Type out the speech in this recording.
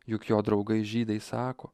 juk jo draugai žydai sako